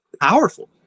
powerful